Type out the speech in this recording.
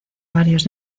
varios